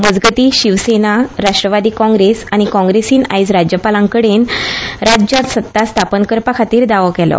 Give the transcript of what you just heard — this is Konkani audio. मजगतीं शिवसेना राष्ट्रवादी काँग्रेस आनी काँग्रेसीन आयज राज्यपालांकडे राज्यांत सत्ता स्थापन करपा खातीर दावो केला